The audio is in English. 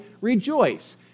rejoice